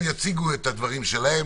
הדברים שלהם.